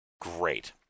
great